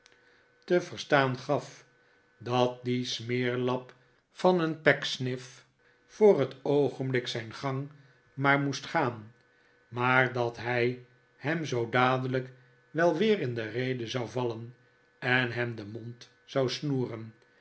te verstaan gaf dat die smeerlap van n pecksniff voor het oogenblik zijn gang maar moest gaan maar dat hij hem zoo dadelijk wel weer in de rede zou vallen en hem den mond zou snoeren